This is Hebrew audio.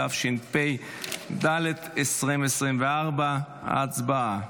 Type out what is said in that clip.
התשפ"ד 2024. הצבעה.